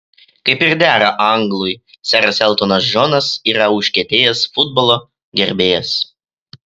kaip ir dera anglui seras eltonas džonas yra užkietėjęs futbolo gerbėjas